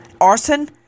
arson